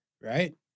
Right